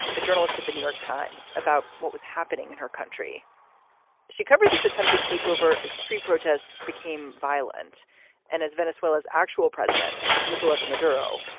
a journalist at the new york times, about what was happening in her country she covered this attempted takeover as street protests became violent and as venezuela's actual president, nicolas maduro,